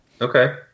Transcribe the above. Okay